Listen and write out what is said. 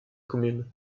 communes